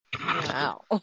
wow